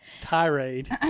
Tirade